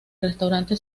restaurante